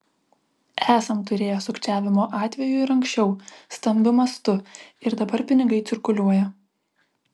esam turėję sukčiavimo atvejų ir anksčiau stambiu mastu ir dabar pinigai cirkuliuoja